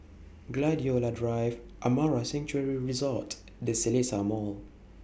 Gladiola Drive Amara Sanctuary Resort The Seletar Mall